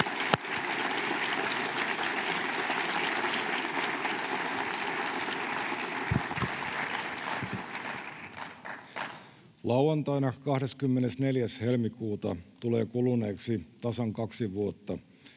Lauantaina 24. helmikuuta tulee kuluneeksi tasan kaksi vuotta